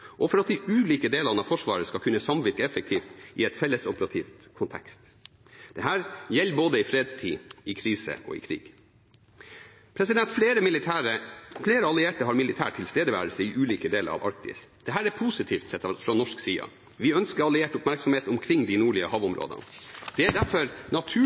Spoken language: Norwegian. og for at de ulike delene av Forsvaret skal kunne samvirke effektivt i en fellesoperativ kontekst. Dette gjelder både i fredstid, i krise og i krig. Flere allierte har militær tilstedeværelse i ulike deler av Arktis. Dette er positivt sett fra norsk side. Vi ønsker alliert oppmerksomhet omkring de nordlige havområdene. Det er derfor